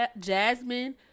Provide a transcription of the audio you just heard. Jasmine